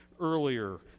earlier